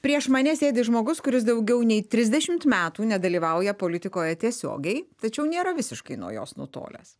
prieš mane sėdi žmogus kuris daugiau nei trisdešimt metų nedalyvauja politikoje tiesiogiai tačiau nėra visiškai nuo jos nutolęs